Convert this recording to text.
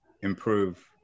improve